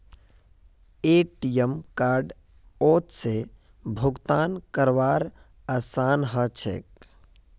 ATM कार्डओत से भुगतान करवार आसान ह छेक